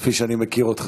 כפי שאני מכיר אותך